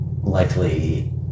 likely